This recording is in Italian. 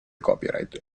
copyright